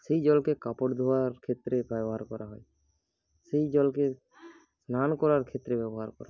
সেই জলকে কাপড় ধোয়ার ক্ষেত্রে ব্যবহার করা হয় সেই জলকে স্নান করার ক্ষেত্রে ব্যবহার করা হয়